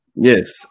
Yes